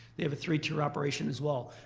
they have a three two operation as well.